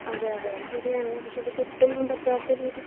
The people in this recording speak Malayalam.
അതെയതെ അത് ശരിയാണ് പക്ഷെ ഇതിപ്പോൾ ഒട്ടും പറ്റാത്ത രീതി